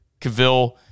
Cavill